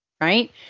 right